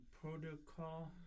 Protocol